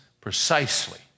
precisely